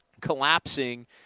collapsing